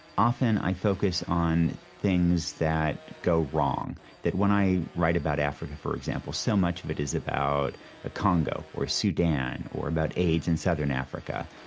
often i focus on things that go wrong, that when i write about africa, for example, so much of it is about the ah congo or sudan or about aids in southern africa